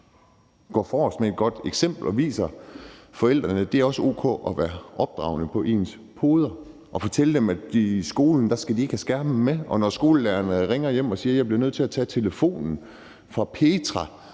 går forrest med et godt eksempel og viser forældrene, at det også er o.k. at opdrage på ens poder og fortælle dem, at de i skolen ikke skal have skærmene med. Når skolelæreren ringer hjem og siger, at det har været nødvendigt at tage telefonen fra Petra,